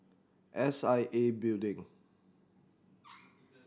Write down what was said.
S I A Building